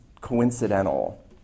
coincidental